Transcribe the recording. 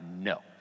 no